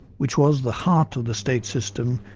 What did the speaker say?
which was the heart of the state system,